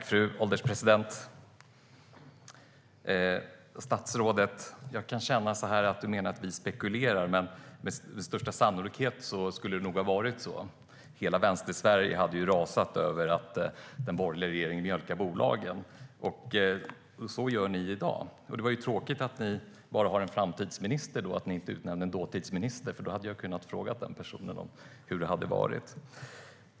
Fru ålderspresident! Det verkar som om statsrådet menar att vi spekulerar, men med största sannolikhet hade det nog varit så. Hela Vänstersverige hade rasat över att den borgerliga regeringen mjölkar bolagen. Men så gör ni i dag. Det är tråkigt att ni bara har en framtidsminister och inte har utnämnt en dåtidsminister. Då hade jag kunnat fråga den personen om hur det hade varit.